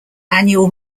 annual